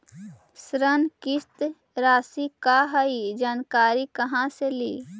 ऋण किस्त रासि का हई जानकारी कहाँ से ली?